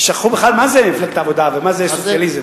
הם שכחו בכלל מה זה מפלגת העבודה ומה זה סוציאליזם.